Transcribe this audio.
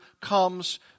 comes